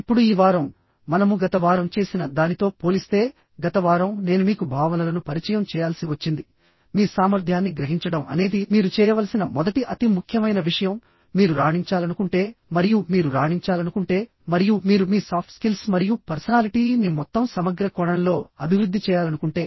ఇప్పుడు ఈ వారం మనము గత వారం చేసిన దానితో పోలిస్తే గత వారం నేను మీకు భావనలను పరిచయం చేయాల్సి వచ్చింది మీ సామర్థ్యాన్ని గ్రహించడం అనేది మీరు చేయవలసిన మొదటి అతి ముఖ్యమైన విషయం మీరు రాణించాలనుకుంటే మరియు మీరు రాణించాలనుకుంటే మరియు మీరు మీ సాఫ్ట్ స్కిల్స్ మరియు పర్సనాలిటీ ని మొత్తం సమగ్ర కోణంలో అభివృద్ధి చేయాలనుకుంటే